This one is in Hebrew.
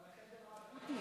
על החדר האקוטי.